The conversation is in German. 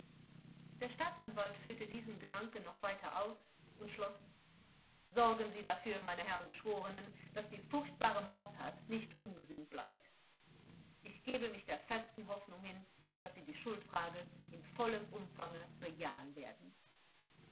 der staatsanwalt führte diesen gedanken noch weiter aus und schloß sorgen sie dafür meine herren geschworenen daß die furchtbare mordtat nicht ungesühnt bleibt ich gebe mich der festen hoffnung hin daß sie die schuldfrage in vollem umfange bejahen werden